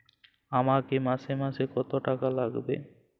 আমাকে মাসে মাসে কত টাকা লাগবে?